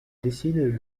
décide